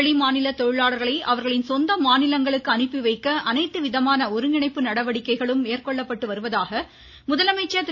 வெளி மாநில தொழிலாளர்களை அவர்களின் சொந்த மாநிலங்களுக்கு அனுப்பிவைக்க அனைத்து விதமான நடவடிக்கைகள் மேற்கொள்ளப்பட்டு வருவதாக முதலமைச்சர் திரு